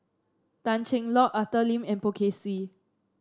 Tan Cheng Lock Arthur Lim and Poh Kay Swee